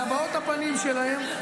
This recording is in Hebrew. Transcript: והבעות הפנים שלהם,